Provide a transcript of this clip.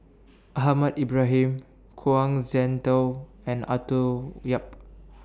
Ahmad Ibrahim Kuang Shengtao and Arthur Yap